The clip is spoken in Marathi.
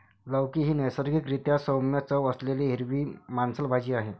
लौकी ही नैसर्गिक रीत्या सौम्य चव असलेली हिरवी मांसल भाजी आहे